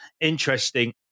interesting